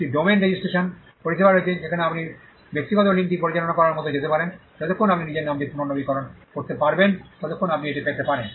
একটি domain registration পরিষেবা রয়েছে যেখানে আপনি ব্যক্তিগত লিঙ্কটি পরিচালনা করার মতো যেতে পারেন যতক্ষণ আপনি নিজের নামটি পুনর্নবীকরণ করতে পারবেন ততক্ষণ আপনি এটি পেতে পারেন